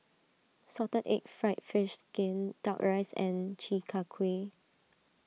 Salted Egg Fried Fish Skin Duck Rice and Chi Kak Kuih